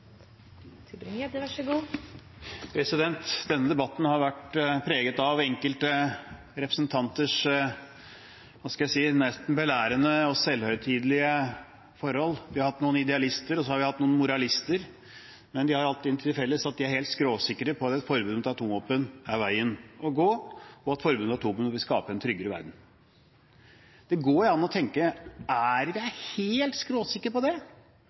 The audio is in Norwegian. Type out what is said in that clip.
Denne debatten har vært preget av enkelte representanters – hva skal jeg si – nesten belærende og selvhøytidelige forhold. Vi har hatt noen idealister og vi har hatt noen moralister, men de har hatt det til felles at de er helt skråsikre på at forbud mot atomvåpen er veien å gå, og at forbud mot atomvåpen vil skape en tryggere verden. Det går jo an å tenke: Er jeg helt skråsikker på det?